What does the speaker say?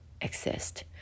exist